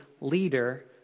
leader